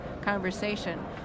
conversation